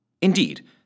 Indeed